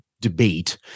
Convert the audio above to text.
debate